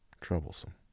troublesome